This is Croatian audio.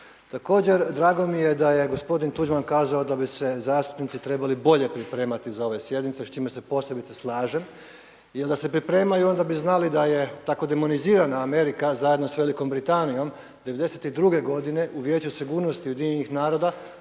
Također drago mi je da gospodin Tuđman kazao da bi se zastupnici trebali bolje pripremati za ove sjednice, s čime se posebice slažem jer da se pripremaju onda bi znali da je tako demonizirana Amerika zajedno sa Velikom Britanijom '92. godine u Vijeću sigurnosti UN-a